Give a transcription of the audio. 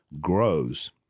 grows